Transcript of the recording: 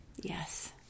Yes